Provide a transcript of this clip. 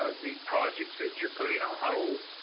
ah the projects that you're putting on hold.